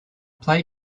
play